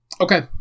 Okay